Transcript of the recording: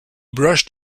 brushed